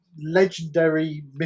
legendary